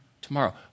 tomorrow